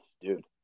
dude